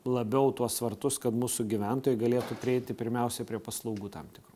labiau tuos vartus kad mūsų gyventojai galėtų prieiti pirmiausia prie paslaugų tam tikrų